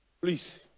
please